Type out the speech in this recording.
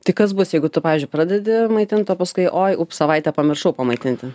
tai kas bus jeigu tu pavyzdžiui pradedi maitint o paskui oi savaitę pamiršau pamaitinti